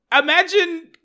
imagine